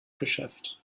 geschäft